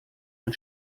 ein